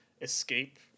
escape